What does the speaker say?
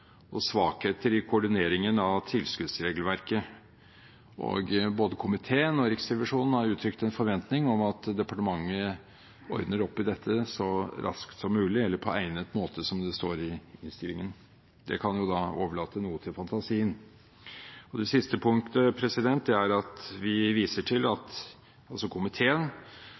og svakheter i koordineringen av tilskuddsregelverket. Både komiteen og Riksrevisjonen har uttrykt en forventning om at departementet ordner opp i dette så raskt som mulig – eller «på egnet måte», som det står i innstillingen. Det kan jo overlate noe til fantasien. Det siste punktet er at komiteen viser til at